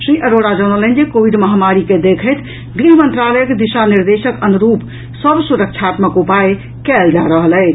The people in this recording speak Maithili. श्री अरोड़ा जनौलनि जे कोविड महामारी के देखैत गृह मंत्रालयक दिशा निर्देशक अनुरूप सभ सुरक्षात्मक उपाय कयल जा रहल अछि